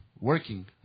working